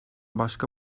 başka